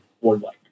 worldwide